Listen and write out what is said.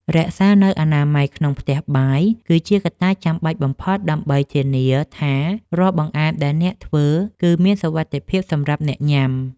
រក្សានូវអនាម័យក្នុងផ្ទះបាយ គឺជាកត្តាចាំបាច់បំផុតដើម្បីធានាថារាល់បង្អែមដែលអ្នកធ្វើ គឺមានសុវត្ថិភាពសម្រាប់អ្នកញ៉ាំ។